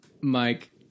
Mike